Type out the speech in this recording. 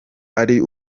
ari